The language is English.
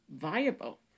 viable